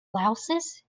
louses